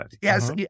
Yes